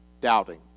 Doubting